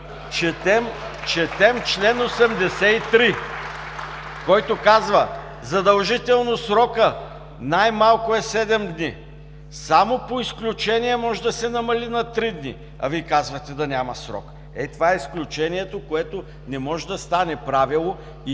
Четем чл. 83, който казва – задължително срокът най-малко е 7 дни, само по изключение може да се намали на 3 дни, а Вие казвате да няма срок. Ето това е изключението, което не може да стане правило и